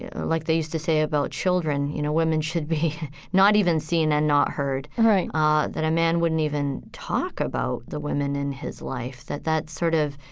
like they used to say about children, you know women should be not even seen and not heard right ah that a man wouldn't even talk about the women in his life. that that's sort of,